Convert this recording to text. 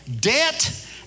debt